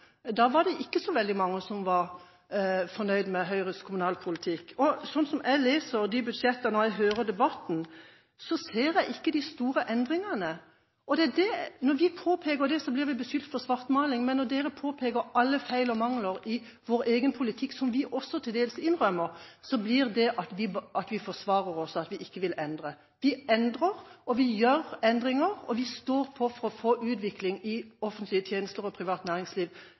Da var det ikke så veldig mange som var fornøyd med Høyres kommunalpolitikk. Slik jeg leser de budsjettene, og når jeg hører debatten, ser jeg ikke de store endringene. Når vi påpeker det, blir vi beskyldt for svartmaling. Men når de påpeker alle feil og mangler i vår egen politikk – som vi også til dels innrømmer – sier de at vi forsvarer oss, og at vi ikke vil endre. Vi endrer – vi gjør endringer – og vi står på for å få utvikling i offentlige tjenester og privat næringsliv